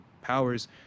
powers